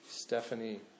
Stephanie